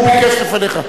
הוא ביקש לפניך.